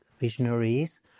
Visionaries